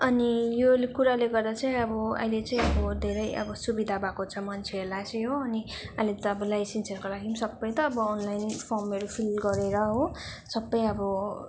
अनि यो कुराले गर्दा चाहिँ अब अहिले चाहिँ अब धेरै अब सुविधा भएको छ मान्छेहरूलाई चाहिँ हो अनि अहिले त अब लाइसिन्सहरूको लागि पनि सबै त अब अनलाइन फर्महरू फिल गरेर हो सबै अब